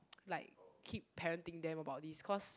like keep parenting them about this cause